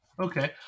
Okay